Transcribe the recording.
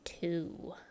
Two